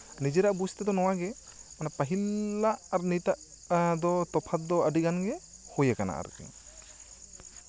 ᱱᱤᱡᱮᱨᱟᱜ ᱵᱩᱡ ᱛᱮᱫᱚ ᱱᱚᱣᱟᱜᱮ ᱯᱟᱹᱦᱤᱞᱟᱜ ᱱᱤᱛᱟᱜ ᱫᱚ ᱛᱚᱯᱷᱟᱛ ᱫᱚ ᱟᱹᱰᱤ ᱜᱟᱱ ᱜᱮ ᱦᱩᱭ ᱠᱟᱱᱟ ᱟᱨᱠᱤ